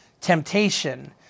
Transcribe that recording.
temptation